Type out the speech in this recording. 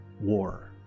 war